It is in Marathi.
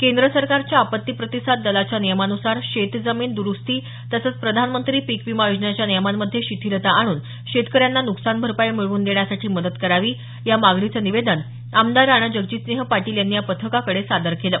केंद्र सरकारच्या आपत्ती प्रतिसाद दलाच्या नियमानुसार शेतजमीन दरुस्ती तसंच प्रधानमंत्री पीक विमा योजनेच्या नियमांमध्ये शिथिलता आणून शेतकऱ्यांना नुकसान भरपाई मिळवून देण्यासाठी मदत करावी या मागणीचं निवेदन आमदार राणाजगजितसिंह पाटील यांनी या पथकाकडे सादर केलं